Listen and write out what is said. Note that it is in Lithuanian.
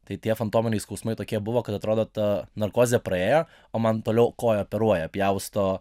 tai tie fantominiai skausmai tokie buvo kad atrodo ta narkozė praėjo o man toliau koją operuoja pjausto